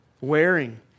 wearing